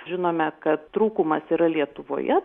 žinome kad trūkumas yra lietuvoje